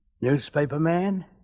Newspaperman